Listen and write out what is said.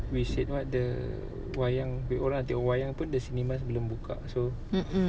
we said what the wayang orang nak tengok wayang pun the cinemas belum buka so